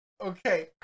Okay